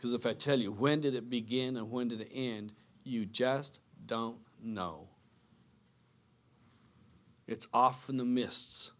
because if i tell you when did it begin and when to the end you just don't know it's often the mis